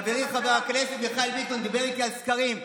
חברי חבר הכנסת מיכאל ביטון דיבר איתי על סקרים.